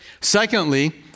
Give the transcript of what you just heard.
Secondly